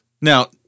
Now